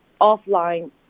offline